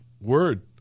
word